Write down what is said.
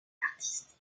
l’artiste